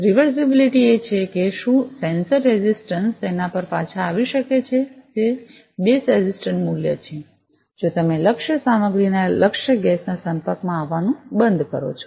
reversibility એ છે કે શું સેન્સર રેઝિસ્ટન્સ તેના પર પાછા આવી શકે છે તે બેઝ રેઝિસ્ટન્સ મૂલ્ય છે જો તમે લક્ષ્ય સામગ્રીના લક્ષ્ય ગેસના સંપર્કમાં આવવાનું બંધ કરો છો